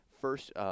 first